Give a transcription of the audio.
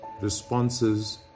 responses